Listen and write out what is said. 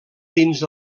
dins